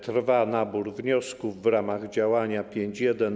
Trwa nabór wniosków w ramach działania 5.1.